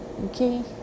okay